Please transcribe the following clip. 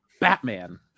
batman